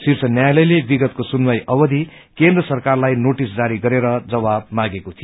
शीर्ष न्यायालयले विगतको सुनवाई अवधि केन्द्र सरकारलाई नोटिस जारी गरेर जवाब मांगेको थियो